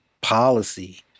policy